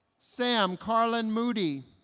sam carlen moody